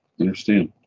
Understand